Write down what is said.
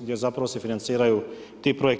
gdje se financiraju ti projekti.